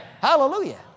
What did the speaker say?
Hallelujah